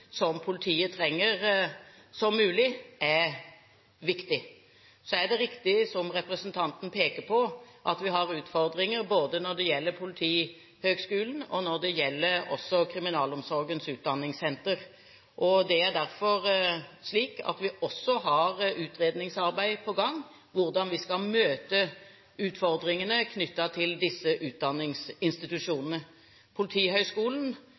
som politiet trenger, er viktig. Så er det riktig, som representanten peker på, at vi har utfordringer både når det gjelder Politihøgskolen, og når det gjelder Kriminalomsorgens utdanningssenter. Det er derfor slik at vi også har utredningsarbeid på gang med hensyn til hvordan vi skal møte utfordringene knyttet til disse